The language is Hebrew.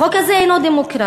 החוק הזה אינו דמוקרטי.